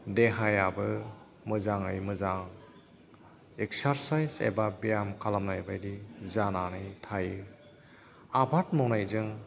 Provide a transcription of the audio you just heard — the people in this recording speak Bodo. देहायाबो मोजाङै मोजां एक्सारसाइज एबा ब्याम खालामनाय बायदि जानानै थायो आबाद मावनायजों